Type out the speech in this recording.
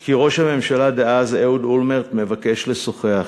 כי ראש הממשלה דאז אהוד אולמרט מבקש לשוחח אתי.